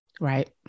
Right